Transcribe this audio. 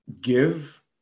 give